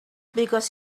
because